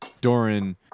Doran